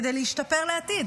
כדי להשתפר לעתיד.